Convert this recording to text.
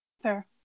Fair